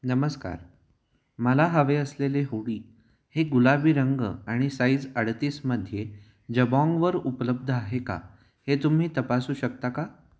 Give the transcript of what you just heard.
नमस्कार मला हवे असलेले हुडी हे गुलाबी रंग आणि साईज अडतीसमध्ये जबॉंगवर उपलब्ध आहे का हे तुम्ही तपासू शकता का